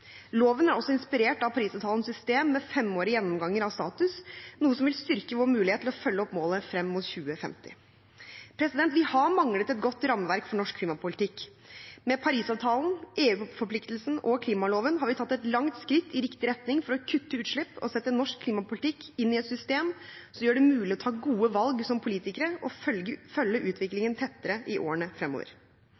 Loven er også inspirert av Paris-avtalens system med femårige gjennomganger av status, noe som vil styrke vår mulighet til å følge opp målet frem mot 2050. Vi har manglet et godt rammeverk for norsk klimapolitikk. Med Paris-avtalen, EU-forpliktelsen og klimaloven har vi tatt et langt skritt i riktig retning for å kutte utslipp og sette norsk klimapolitikk inn i et system som gjør det mulig å ta gode valg som politikere og følge